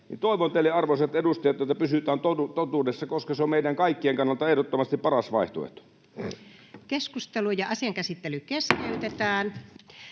Toivon teiltä, arvoisat edustajat, että pysytään totuudessa, koska se on meidän kaikkien kannalta ehdottomasti paras vaihtoehto. [Speech 13] Speaker: Anu